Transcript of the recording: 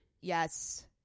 yes